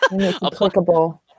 applicable